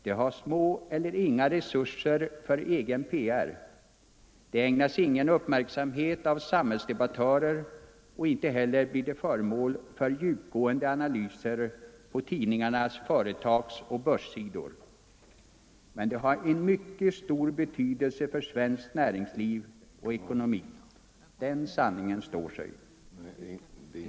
De har små eller inga resurser för egen PR, de ägnas ingen uppmärksamhet av samhällsdebattörer, och inte heller blir de föremål för djupgående analyser på tidningarnas företagsoch börssidor. Men de har en mycket stor betydelse för svenskt näringsliv och ekonomi — den sanningen står sig.